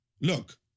look